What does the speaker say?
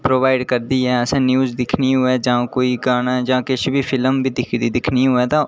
provide करदी ऐ असें न्यूज दिक्खनी होऐ जां कोई गाना जां किश बी फिल्म बी दिक्खनी होए तां